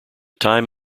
time